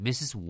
Mrs